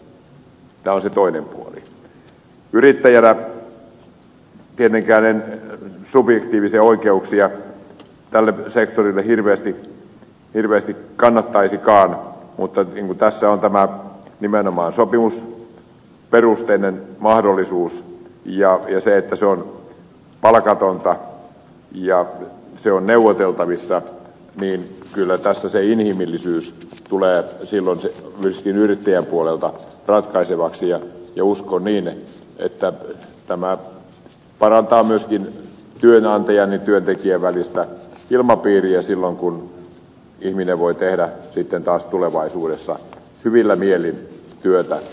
yrittäjänä tietenkään en subjektiivisia oikeuksia tälle sektorille hirveästi kannattaisikaan mutta kun tässä on nimenomaan tämä sopimusperusteinen mahdollisuus ja se että omaishoitajana työskentely on palkatonta ja se on neuvoteltavissa kyllä tässä inhimillisyys tulee silloin myöskin yrittäjän puolelta ratkaisevaksi ja uskon niin että tämä parantaa myöskin työnantajan ja työntekijän välistä ilmapiiriä silloin kun ihminen voi tehdä sitten taas tulevaisuudessa hyvillä mielin työtä täydellä halulla